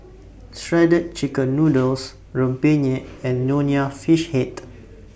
Shredded Chicken Noodles Rempeyek and Nonya Fish Head